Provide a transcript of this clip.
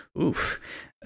Oof